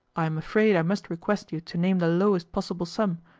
i am afraid i must request you to name the lowest possible sum,